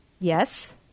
Yes